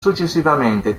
successivamente